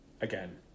Again